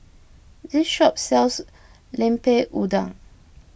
this shop sells Lemper Udang